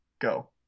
Go